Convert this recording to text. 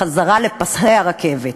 בחזרה לפסי הרכבת.